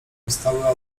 powstałe